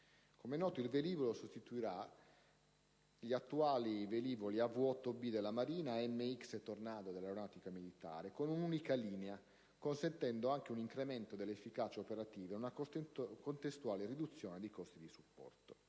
Come è noto, il velivolo sostituirà gli attuali velivoli AV-8B della Marina e gli AM-X e i Tornado dell'Aeronautica militare con un'unica linea, consentendo un incremento dell'efficacia operativa e una contestuale riduzione dei costi di supporto.